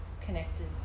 connected